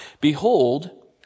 behold